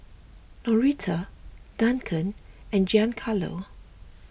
Norita Duncan and Giancarlo